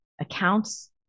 accounts